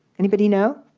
anybody know?